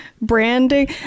Branding